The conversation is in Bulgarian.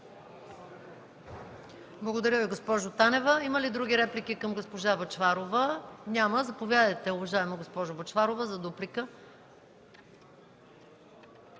Благодаря Ви, госпожо Танева. Има ли други реплики към госпожа Бъчварова? Няма. Заповядайте, госпожо Бъчварова, за дуплика.